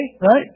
right